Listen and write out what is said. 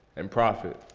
and profit.